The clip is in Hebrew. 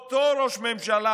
שבירושלים,